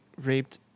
raped